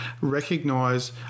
recognize